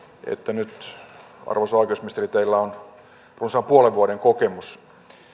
nyt arvoisa oikeusministeri teillä on runsaan puolen vuoden kokemus